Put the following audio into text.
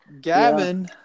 Gavin